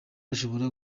ashobora